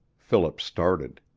philip started.